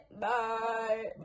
Bye